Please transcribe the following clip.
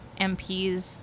MPs